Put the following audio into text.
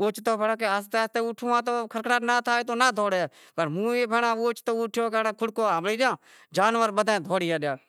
اوچتو آہستے آہستے اوٹھوں ہا کھڑکھڑائیٹ ناں تھے ہا تو جانور چاں دہوڑیں۔ اوچتو اوٹھیو تو کھوڑکو ہنبڑی گیا، جانور بدہا ئی دہوڑی ہالیا۔